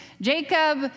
Jacob